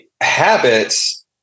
habits